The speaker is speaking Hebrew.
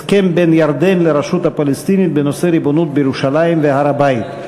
הסכם בין ירדן לרשות הפלסטינית בנושא ריבונות בירושלים ובהר-הבית.